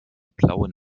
blauen